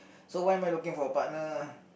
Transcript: so why am I looking for a partner